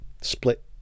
split